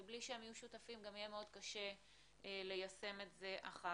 ובלי שהם יהיו שותפים גם יהיה מאוד קשה ליישם את זה אחר-כך.